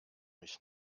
mich